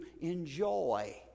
enjoy